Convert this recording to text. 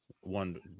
one